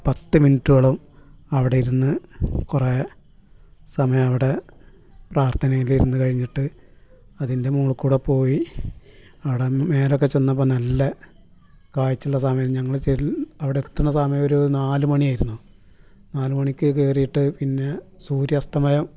പത്ത് മിനുറ്റൊളം അവിടെ ഇരുന്ന് കുറെ സമയം അവിടെ പ്രാർത്ഥനയിലിരുന്ന് കഴിഞ്ഞിട്ട് അതിൻ്റെ മോളൂക്കൂടെ പോയി അവിടെ മേലൊക്കെ ചെന്നപ്പം നല്ല കാഴ്ച്ചയുള്ള സമയം ഞങ്ങൾ ചെൽ അവിടെ എത്തണ സമയം ഒരു നാല് മണിയായിരുന്നു നാല് മണിക്ക് കയറീട്ട് പിന്നെ സൂര്യാസ്തമയം